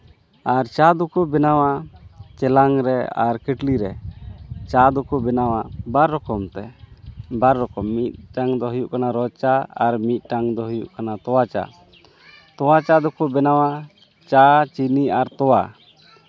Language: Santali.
ᱟᱨ ᱪᱟ ᱫᱚᱠᱚ ᱵᱮᱱᱟᱣᱟ ᱪᱮᱞᱟᱝ ᱨᱮ ᱟᱨ ᱠᱮᱹᱴᱞᱤ ᱨᱮ ᱪᱟ ᱫᱚᱠᱚ ᱵᱮᱱᱟᱣᱟ ᱵᱟᱨ ᱨᱚᱠᱚᱢ ᱛᱮ ᱵᱟᱨ ᱨᱚᱠᱚᱢ ᱢᱤᱫᱴᱟᱝ ᱫᱚ ᱦᱩᱭᱩᱜ ᱠᱟᱱᱟ ᱨᱚ ᱪᱟ ᱟᱨ ᱢᱤᱫᱴᱟᱱ ᱫᱚ ᱦᱩᱭᱩᱜ ᱠᱟᱱᱟ ᱛᱚᱣᱟ ᱪᱟ ᱛᱚᱣᱟ ᱪᱟ ᱫᱚᱠᱚ ᱵᱮᱱᱟᱣᱟ ᱪᱟ ᱪᱤᱱᱤ ᱟᱨ ᱛᱚᱣᱟ